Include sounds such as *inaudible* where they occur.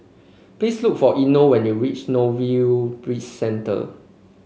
please look for Eino when you reach *unintelligible* Bizcentre